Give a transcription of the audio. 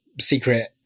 secret